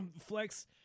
flex